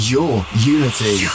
YourUnity